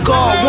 God